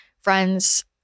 friends